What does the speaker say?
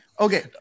Okay